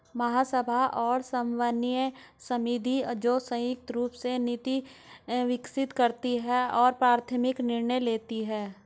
महासभा और समन्वय समिति, जो संयुक्त रूप से नीति विकसित करती है और प्राथमिक निर्णय लेती है